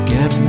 Get